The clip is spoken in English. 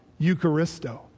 Eucharisto